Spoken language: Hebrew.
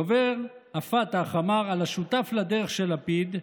דובר הפת"ח אמר על השותף לדרך של לפיד,